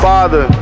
Father